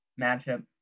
matchup